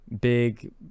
big